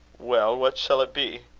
well, what shall it be?